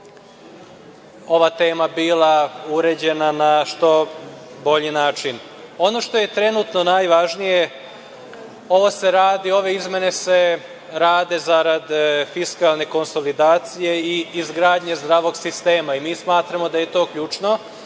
ova tema bila uređena na što bolji način. Ono što je trenutno najvažnije, ove izmene se rade zarad fiskalne konsolidacije i izgradnje zdravog sistema. Mi smatramo da je to ključno,